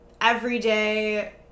Everyday